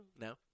No